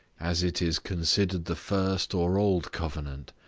as it is considered the first or old covenant,